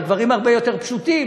על דברים הרבה יותר פשוטים,